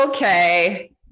Okay